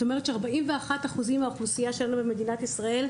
זאת אומרת ש-41% אחוזים מהאוכלוסייה שלנו במדינת ישראל,